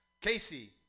Casey